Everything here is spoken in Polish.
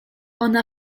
ona